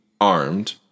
armed